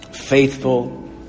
faithful